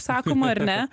sakoma ar ne